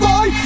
Boy